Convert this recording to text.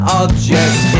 object